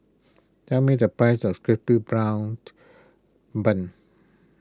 tell me the price of Crispy